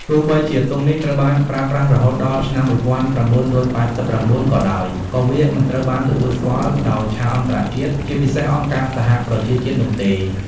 ទោះបីជាទង់នេះត្រូវបានប្រើប្រាស់រហូតដល់ឆ្នាំ១៩៨៩ ក៏ដោយ ក៏វាមិនត្រូវបានទទួលស្គាល់ដោយឆាកអន្តរជាតិ ជាពិសេសអង្គការសហប្រជាជាតិនោះទេ។